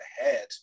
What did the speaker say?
ahead